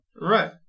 Right